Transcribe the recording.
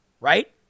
right